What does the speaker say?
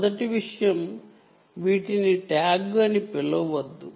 మొదటి విషయం వీటిని ట్యాగ్ అని పిలవవద్దు